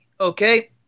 okay